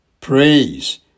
praise